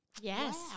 Yes